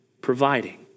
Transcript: providing